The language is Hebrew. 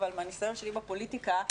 אבל מהניסיון שלי בפוליטיקה,